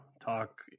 talk